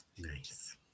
Nice